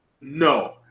No